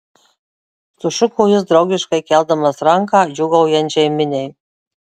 sušuko jis draugiškai keldamas ranką džiūgaujančiai miniai